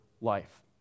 life